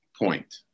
point